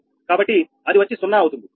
కాబట్టి అది వచ్చి 0 అవుతుంది అవునా